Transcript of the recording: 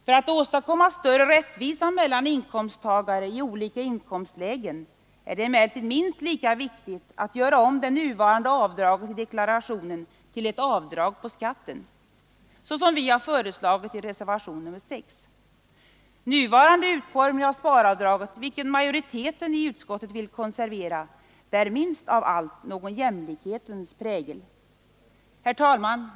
För att åstadkomma större rättvisa mellan inkomsttagare i olika inkomstlägen är det emellertid minst lika viktigt att göra om det nuvarande avdraget i deklarationen till ett avdrag på skatten, så som vi har föreslagit i reservationen 6 A. Nuvarande utformning av sparavdraget, vilken majoriteten i utskottet vill konservera, bär minst av allt någon jämlikhetens prägel. Herr talman!